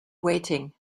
waiting